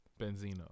Benzino